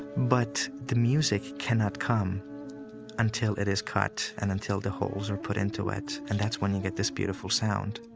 but the music cannot come until it is cut and until the holes are put into it, and that's when you get this beautiful sound.